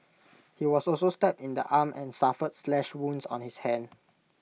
he was also stabbed in the arm and suffered slash wounds on his hands